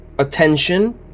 Attention